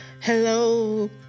Hello